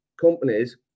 companies